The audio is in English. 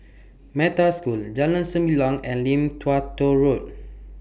Metta School Jalan Sembilang and Lim Tua Tow Road